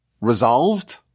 resolved